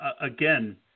again